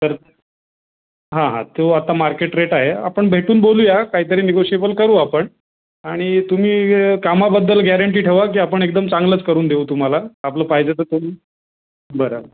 sir हां हां तो आता मार्केट रेट आहे आपण भेटून बोलू या काहीतरी निगोशिएबल करू आपण आणि तुम्ही कामाबद्दल गॅरंटी ठेवा की आपण एकदम चांगलंच करून देऊ तुम्हाला आपलं पाहिजे तसं बरं